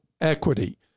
equity